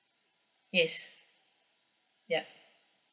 yes yup